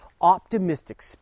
optimistic